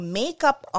makeup